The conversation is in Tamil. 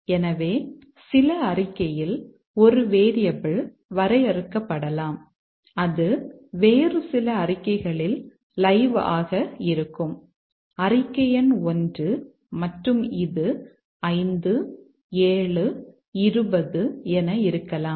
எனவே சில அறிக்கையில் ஒரு வேரியபிள் வரையறுக்கப்படலாம் அது வேறு சில அறிக்கைகளில் லைவ் ஆக இருக்கும் அறிக்கை எண் 1 மற்றும் இது 5 7 20 என இருக்கலாம்